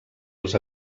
els